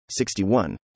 61